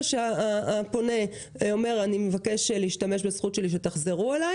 שהפונה מבקש להשתמש בזכות שיחזרו אליו,